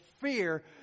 fear